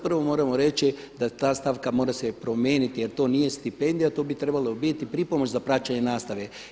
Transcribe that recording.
Prvo moramo reći da ta stavka mora se promijeniti, jer to nije stipendija, to bi trebalo biti pripomoć za praćenje nastave.